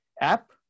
app